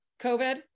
COVID